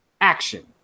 action